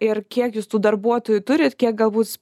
ir kiek jūs tų darbuotojų turit kiek galbūt